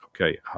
Okay